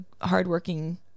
hardworking